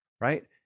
right